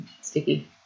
sticky